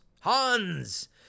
Hans